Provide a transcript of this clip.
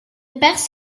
pers